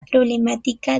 problemática